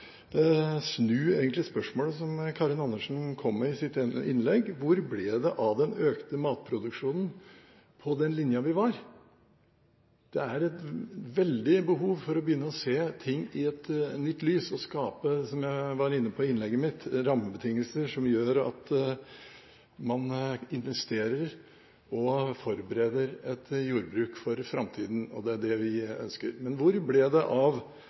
spørsmålet som Karin Andersen kom med i sitt innlegg: Hvor ble det av den økte matproduksjonen på den linja vi var? Det er et veldig behov for å begynne å se ting i et nytt lys og – som jeg var inne på i innlegget mitt – skape rammebetingelser som gjør at man investerer og forbereder et jordbruk for framtiden, og det er det vi ønsker. Men hvor ble det av